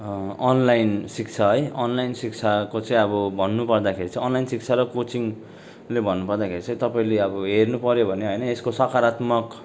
online शिक्षा है online शिक्षाको चाहिँ भन्नु पर्दाखेरि चाहिँ अनलाइन शिक्षा र कोचिङले भन्नु पर्दाखेरि चाहिँ तपाईँले अब हेर्नु पऱ्यो भने होइन यसको सकरात्मक